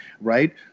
right